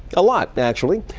a lot actually.